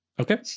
okay